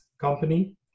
company